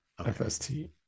FST